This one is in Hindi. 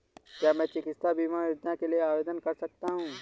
क्या मैं चिकित्सा बीमा योजना के लिए आवेदन कर सकता हूँ?